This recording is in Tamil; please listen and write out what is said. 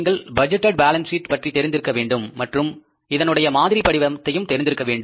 நீங்கள் பட்ஜெட்டேட் பேலன்ஸ் ஷீட் பற்றி தெரிந்திருக்க வேண்டும் மற்றும் இதனுடைய மாதிரி படிவத்தையும் தெரிந்திருக்க வேண்டும்